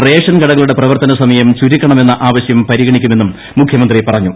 ration കടകളുടെ പ്രവർത്തന സമയം ചുരുക്കണമെന്ന ആവശ്യം പരിഗണിക്കുമെന്നും മുഖ്യമന്ത്രി പറഞ്ഞു